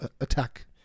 attack